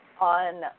On